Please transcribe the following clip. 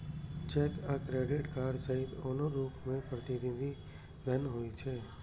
cheque आ credit card सहित आनो रूप मे प्रतिनिधि धन होइ छै